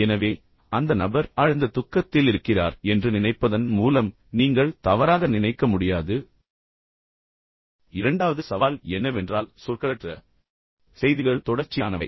எனவே அந்த நபர் ஆழ்ந்த துக்கத்தில் இருக்கிறார் என்று நினைப்பதன் மூலம் நீங்கள் தவறாக நினைக்க முடியாது இரண்டாவது சவால் என்னவென்றால் சொற்களற்ற செய்திகள் தொடர்ச்சியானவை